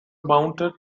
mounted